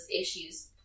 issues